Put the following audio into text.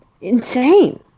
insane